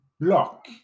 Block